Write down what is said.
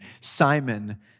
Simon